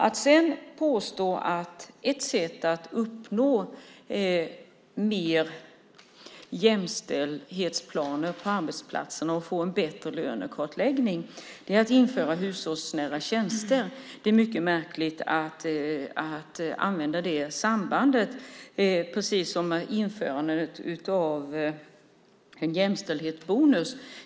Det påstås att ett sätt att uppnå mer jämställdhetsplaner på arbetsplatserna och få en bättre lönekartläggning är att införa hushållsnära tjänster. Det är mycket märkligt att man använder det sambandet, precis som införandet av en jämställdhetsbonus.